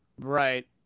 Right